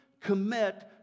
commit